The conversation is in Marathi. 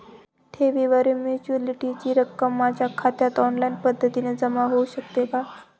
ठेवीवरील मॅच्युरिटीची रक्कम माझ्या खात्यात ऑनलाईन पद्धतीने जमा होऊ शकते का?